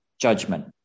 judgment